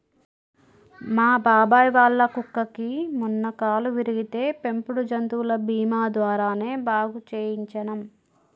మా బాబాయ్ వాళ్ళ కుక్కకి మొన్న కాలు విరిగితే పెంపుడు జంతువుల బీమా ద్వారానే బాగు చేయించనం